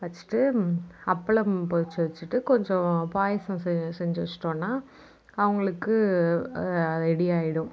வச்சிட்டு அப்பளம் பொரித்து வச்சிட்டு கொஞ்சம் பாயாசம் செ செஞ்சு வச்சிட்டோம்னா அவங்களுக்கு ரெடியாகிடும்